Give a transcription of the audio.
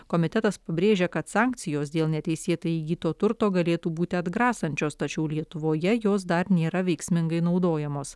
komitetas pabrėžia kad sankcijos dėl neteisėtai įgyto turto galėtų būti atgrasančios tačiau lietuvoje jos dar nėra veiksmingai naudojamos